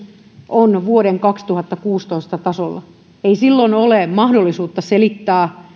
on vuoden kaksituhattakuusitoista tasolla ei silloin ole mahdollisuutta selittää